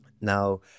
Now